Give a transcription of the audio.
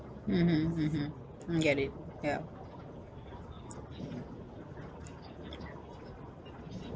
mmhmm mmhmm I get it ya